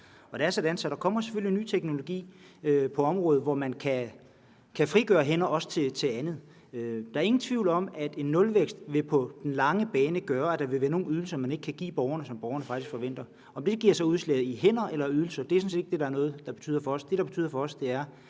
at der selvfølgelig kommer ny teknologi på området, hvor man kan frigøre hænder – også til andet. Der er ingen tvivl om, at en nulvækst på den lange bane vil gøre, at der vil være nogle ydelser, man ikke kan give borgerne, som borgerne faktisk forventer. Om det giver sig udslag i hænder eller ydelser, er sådan set ikke det, der betyder noget